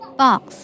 box